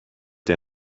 der